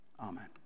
amen